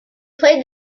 played